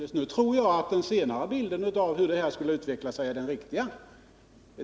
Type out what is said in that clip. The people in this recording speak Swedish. Onsdagen den Nu tror jag att den senare bilden av hur sådana här utfrågningar skulle 18 april 1979 utveckla sig är den riktiga.